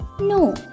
no